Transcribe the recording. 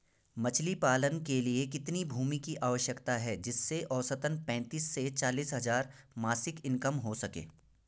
मछली पालन के लिए कितनी भूमि की आवश्यकता है जिससे औसतन पैंतीस से चालीस हज़ार मासिक इनकम हो सके?